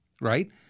right